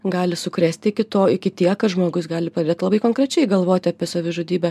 gali sukrėsti iki to iki tiek kad žmogus gali pradėt labai konkrečiai galvoti apie savižudybę